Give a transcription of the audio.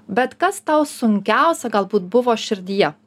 bet kas tau sunkiausia galbūt buvo širdyje